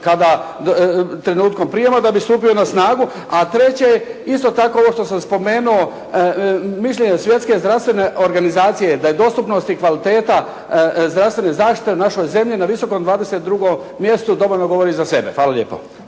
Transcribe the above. kada, trenutkom prijema da bi stupili na snagu. A treće, isto tako ovo što sam spomenuo mišljenje Svjetske zdravstvene organizacije da je dostupnost i kvaliteta zdravstvene zaštite u našoj zemlji na visokom 22. mjestu dovoljno govori za sebe. Hvala lijepo.